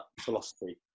philosophy